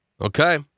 Okay